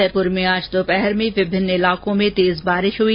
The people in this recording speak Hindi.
जयपुर में आज दोपहर में विभिन्न इलाकों में तेज बारिश हुई